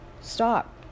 stop